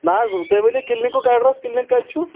نا حظ تُہۍ ؤنِو کِلنِکُک ایڈرَس کِلنِک کَتہِ چھو